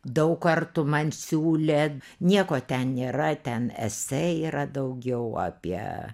daug kartų man siūlė nieko ten nėra ten esė yra daugiau apie